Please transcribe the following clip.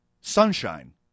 Sunshine